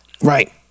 Right